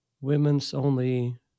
women's-only